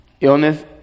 Illness